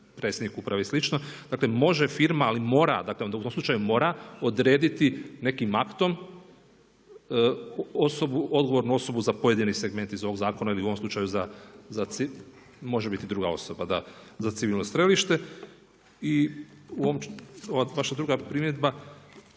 predsjednik uprave i slično. Dakle, može firma, ali mora dakle u tom slučaju mora odrediti nekim aktom osobu, odgovornu osobu za pojedini segment iz ovog zakona ili u ovom slučaju može biti druga osoba, da za civilno strelište i vaša druga primjedba,